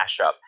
mashup